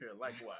likewise